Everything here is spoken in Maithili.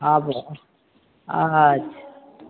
आबहो अच्छा